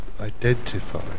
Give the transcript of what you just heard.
identify